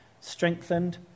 Strengthened